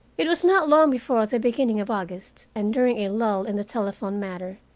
it was not long before the beginning of august, and during a lull in the telephone matter,